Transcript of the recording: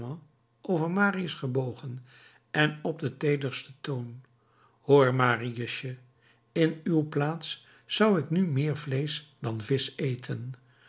over marius gebogen en op den teedersten toon hoor mariusje in uw plaats zou ik nu meer vleesch dan visch eten